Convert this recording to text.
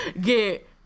get